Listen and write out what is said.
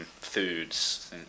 foods